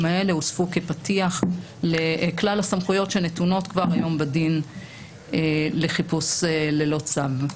האלה הוספו כפתיח לכלל הסמכויות שנתונות כבר היום בדין לחיפוש ללא צו.